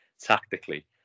tactically